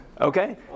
Okay